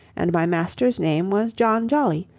and my master's name was john jolly,